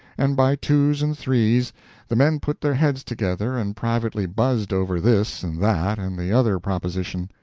and by twos and threes the men put their heads together and privately buzzed over this and that and the other proposition.